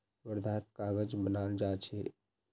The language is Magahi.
वर्धात कागज बनाल जा छे